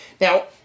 now